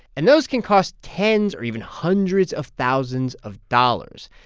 and those can cost tens or even hundreds of thousands of dollars.